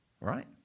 right